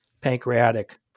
pancreatic